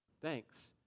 Thanks